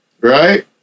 Right